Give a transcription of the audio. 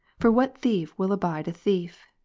for what thief will abide a thief?